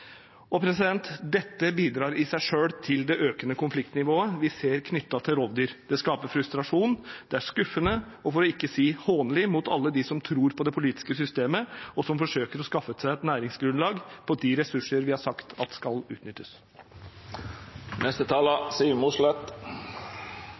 Dette bidrar i seg selv til det økende konfliktnivået vi ser knyttet til rovdyr. Det skaper frustrasjon, og det er skuffende og for ikke å si hånlig mot alle dem som tror på det politiske systemet, og som forsøker å skaffe seg et næringsgrunnlag av de ressurser vi har sagt skal utnyttes. Jeg la merke til at